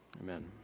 Amen